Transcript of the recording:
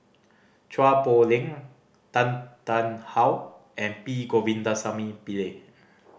Chua Poh Leng Tan Tarn How and P Govindasamy Pillai